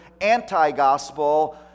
anti-gospel